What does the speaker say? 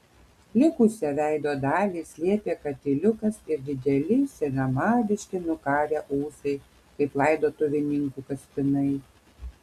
likusią veido dalį slėpė katiliukas ir dideli senamadiški nukarę ūsai kaip laidotuvininkų kaspinai